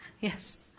Yes